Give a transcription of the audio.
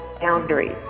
Boundaries